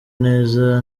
neza